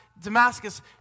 Damascus